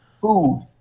Food